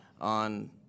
on